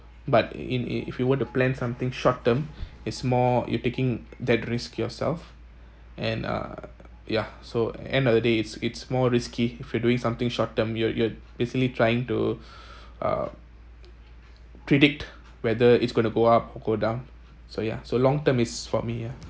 but in if if you want to plan something short term is more you taking that risk yourself and uh ya so end of the day it's it's more risky if you're doing something short term you're you're basically trying to uh predict whether it's gonna go up or go down so ya so long term is for me ya